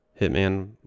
hitman